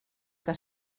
que